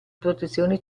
protezione